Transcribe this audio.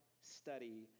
study